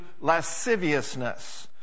lasciviousness